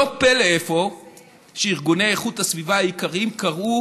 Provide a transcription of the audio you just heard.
לא פלא שארגוני איכות הסביבה היקרים קראו